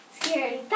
scary